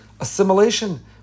assimilation